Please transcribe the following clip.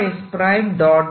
ds